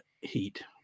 heat